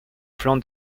plan